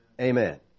Amen